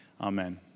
amen